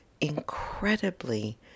incredibly